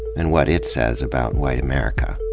and what it says about white america.